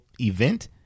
event